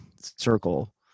circle